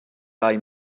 lai